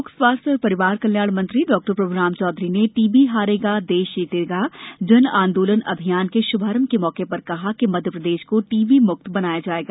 लोक स्वास्थ्य और परिवार कल्याण मंत्री डॉ प्रभुराम चौधरी ने टीबी हारेगा देश जीतेगा जनआंदोलन अभियान के शुभारंभ के मौके पर कहा कि मध्यप्रदेश को टीबी मुक्त बनाया जाएगा